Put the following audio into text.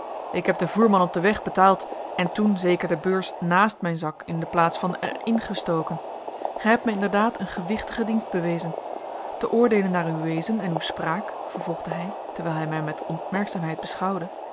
ik heb den voerman op den weg betaald en toen zeker de beurs naast mijn zak in de plaats van er in gestoken gij hebt mij inderdaad een gewichtigen dienst bewezen te oordeelen naar uw wezen en uw spraak vervolgde hij terwijl hij mij met opmerkzaamheid beschouwde